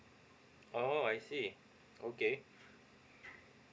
oh I see okay